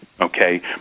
okay